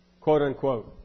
quote-unquote